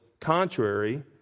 contrary